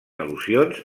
al·lusions